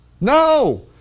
No